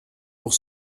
pour